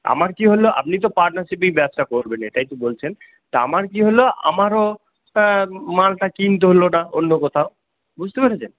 আমার কী হল আপনি তো পার্টনারশিপেই ব্যবসা করবেন এটাই তো বলছেন তা আমার কী হল আমারও মালটা কিনতে হল না অন্য কোথাও বুঝতে পেরেছেন